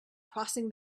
crossing